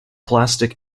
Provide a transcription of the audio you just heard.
plastic